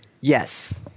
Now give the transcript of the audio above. Yes